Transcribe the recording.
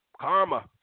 karma